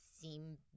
seem